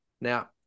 Now